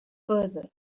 further